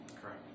Correct